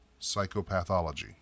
psychopathology